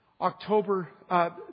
October